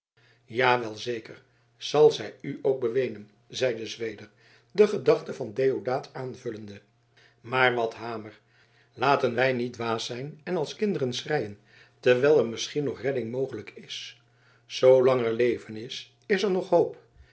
ja welzeker zal zij u ook beweenen zeide zweder de gedachte van deodaat aanvullende maar wat hamer laten wij niet dwaas zijn en als kinderen schreien terwijl er misschien nog redding mogelijk is zoolang er leven is is er nog hoop